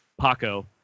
Paco